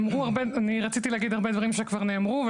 אני רציתי להגיד הרבה דברים שכבר נאמרו,